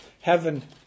Heaven